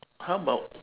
how about